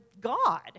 God